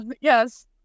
yes